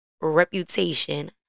reputation